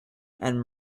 and